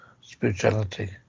spirituality